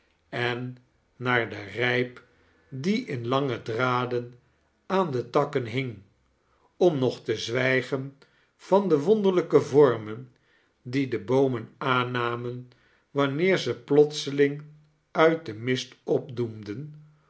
en naar de rijp cha kles dickens die iai lajojge draden aar de takkem hing om nog te zwijgen van de wonderlijke vormen die de boomem aannamen wanneer ze plotseling uit den mist opdoemden